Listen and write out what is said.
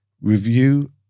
review